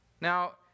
Now